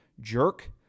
jerk